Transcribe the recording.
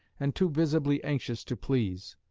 and too visibly anxious to please.